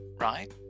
right